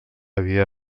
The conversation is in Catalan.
havia